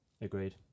Agreed